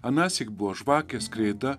anąsyk buvo žvakės kreida